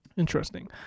interesting